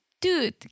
dude